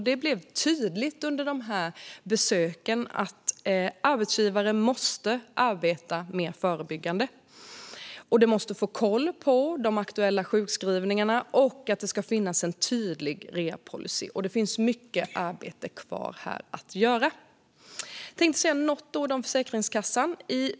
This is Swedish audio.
Det blev tydligt under dessa besök att arbetsgivare måste arbeta mer förebyggande, att de måste få koll på de aktuella sjukskrivningarna och att det ska finnas en tydlig rehabpolicy. Här finns det mycket arbete kvar att göra. Jag tänkte säga några ord om Försäkringskassan.